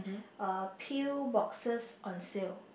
uh pill boxes on sale